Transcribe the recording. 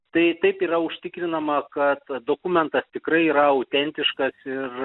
tai taip yra užtikrinama kad dokumentas tikrai yra autentiškas ir